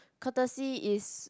courtesy is